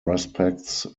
respects